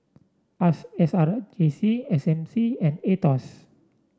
S R J C S M C and Aetos